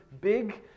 big